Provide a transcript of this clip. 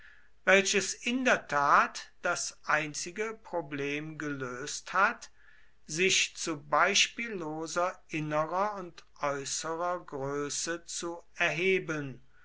welches in der tat das einzige problem gelöst hat sich zu beispielloser innerer und äußerer größe zu erheben